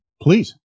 Please